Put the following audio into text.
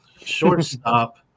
shortstop